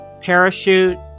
parachute